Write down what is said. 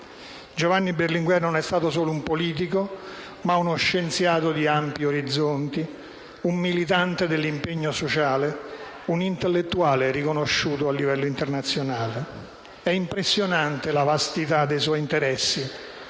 Giovanni Berlinguer non è stato solo un politico, ma uno scienziato di ampi orizzonti, un militante dell'impegno sociale ed un intellettuale riconosciuto a livello internazionale. Sono impressionanti la vastità dei suoi interessi,